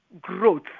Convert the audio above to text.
growth